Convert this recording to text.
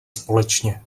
společně